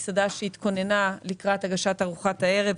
מסעדה שהתכוננה לקראת הגשת ארוחת הערב,